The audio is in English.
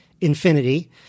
infinity